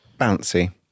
bouncy